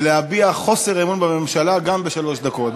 ולהביע חוסר אמון בממשלה גם בשלוש דקות.